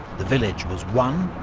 the village was won,